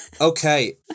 okay